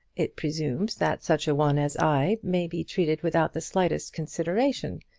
it presumes that such a one as i may be treated without the slightest consideration.